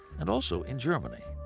and also in germany.